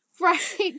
Right